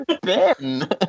Ben